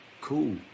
cool